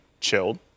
Chilled